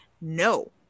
no